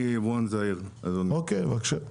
בבקשה.